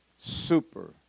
Super